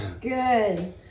Good